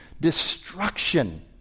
destruction